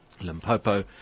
Limpopo